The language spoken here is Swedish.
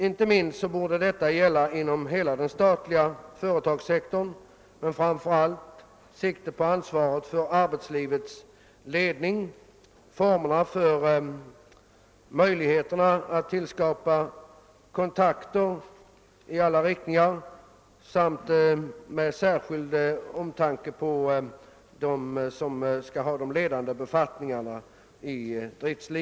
Inte minst borde en sådan utbildning behövas inom hela den statliga företagssektorn, framför allt med tanke på dem som skall ha de 1edande befattningarna och framför allt med hänsyn till ansvaret för arbetslivets ledning och formerna för tillskapande av kontakter i alla riktningar.